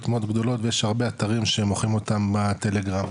מאוד גדולות ויש הרבה אתרים שמוכרים אותם בטלגרם.